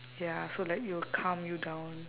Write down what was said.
ya so like it will calm you down